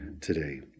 today